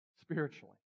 spiritually